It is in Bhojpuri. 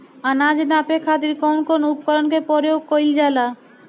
अनाज नापे खातीर कउन कउन उपकरण के प्रयोग कइल जाला?